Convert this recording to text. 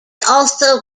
also